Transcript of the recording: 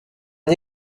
une